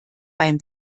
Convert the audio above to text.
beim